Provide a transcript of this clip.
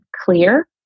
clear